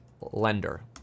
lender